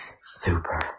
Super